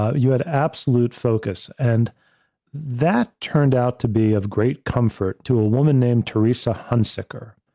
you had absolute focus and that turned out to be of great comfort to a woman named theresa hunsicker.